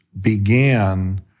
began